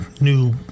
new